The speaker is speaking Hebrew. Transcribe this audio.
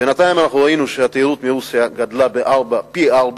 בינתיים אנחנו ראינו שהתיירות מרוסיה גדלה פי-ארבעה,